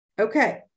Okay